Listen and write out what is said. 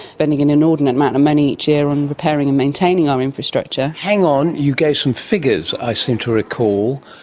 spending an inordinate amount of money each year on repairing and maintaining our infrastructure. hang on, you gave some figures, i seem to recall,